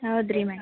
ಹೌದು ರೀ ಮೇಡಮ್